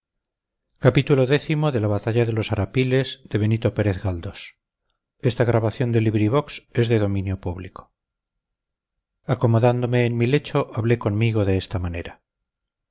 acomodándome en mi lecho hablé conmigo de esta manera